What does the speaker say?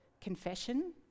confession